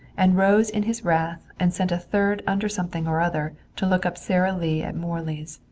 and rose in his wrath and sent a third undersomething-or-other to look up sara lee at morley's.